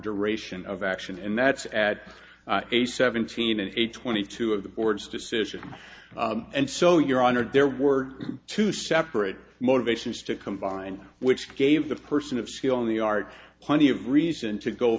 duration of action and that's at a seventeen and a twenty two of the board's decision and so your honor there were two separate motivations to combine which gave the person of skill in the art plenty of reason to go